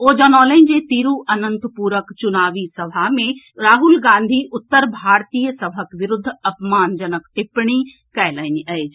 ओ जनौलनि जे तिरूअनंतपुरम के चुनावी सभा मे राहुल गांधी उत्तर भारतीय सभक विरूद्ध अपमानजनक टिप्पणी कएलनि अछि